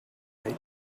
night